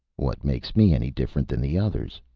what makes me any different than the others?